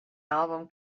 album